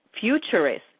futurist